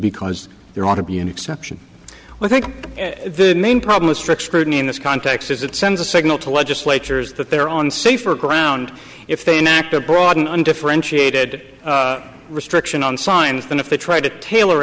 because there ought to be an exception well i think the main problem with strict scrutiny in this context is it sends a signal to legislatures that they're on safer ground if they enact a broad undifferentiated restriction on signs than if they try to tailor